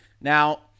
Now